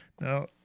Now